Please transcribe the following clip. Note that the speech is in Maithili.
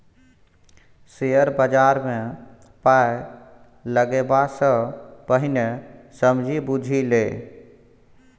शेयर बजारमे पाय लगेबा सँ पहिने समझि बुझि ले